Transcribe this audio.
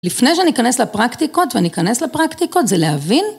לפני שאני אכנס לפרקטיקות, ואני אכנס לפרקטיקות, זה להבין...